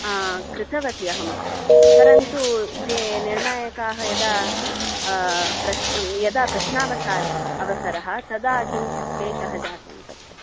कृतवती अहम् परन्तु ते निर्णायकाः यदा प्र यदा प्रश्नावसर् अवसरः तदा किञ्चित् क्लेशः जातः तत्र